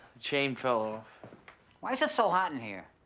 chain fell off. why's it so hot in here?